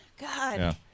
God